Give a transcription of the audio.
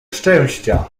szczęścia